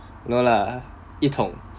no lah yi tong